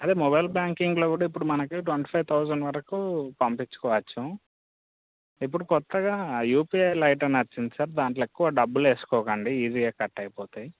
అదే మొబైల్ బ్యాంకింగ్లో కూడా ఇప్పుడు మనకు ట్వంటీ ఫైవ్ థౌసండ్ వరకు పంపించుకోవచ్చు ఇప్పుడు కొత్తగా యూపీఐ లైట్ అని వచ్చింది సార్ దాంట్లో ఎక్కువ డబ్బులు వేసుకోకండి ఈజీగా కట్ అయిపోతాయి